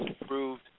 approved